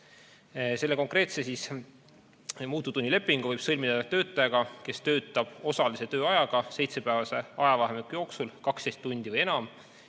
Selle konkreetse muutuvtunnilepingu võib sõlmida töötajaga, kes töötab osalise tööajaga seitsmepäevase ajavahemiku jooksul 12 tundi või enam